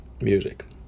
music